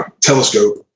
telescope